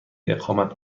اقامت